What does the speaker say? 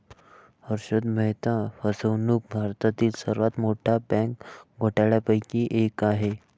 हर्षद मेहता फसवणूक भारतातील सर्वात मोठ्या बँक घोटाळ्यांपैकी एक आहे